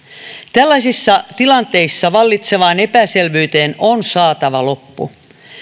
tällaisissa tilanteissa vallitsevaan epäselvyyteen on saatava loppu